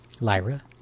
Lyra